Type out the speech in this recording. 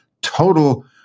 total